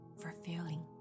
fulfilling